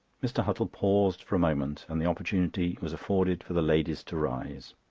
mr. huttle paused for a moment and the opportunity was afforded for the ladies to rise.